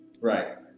Right